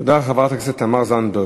תודה לחברת הכנסת תמר זנדברג.